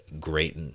great